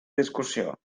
discussió